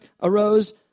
arose